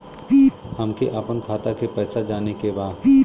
हमके आपन खाता के पैसा जाने के बा